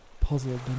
puzzled